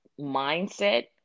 mindset